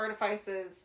Artifices